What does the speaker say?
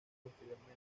posteriormente